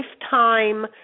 lifetime